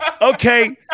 Okay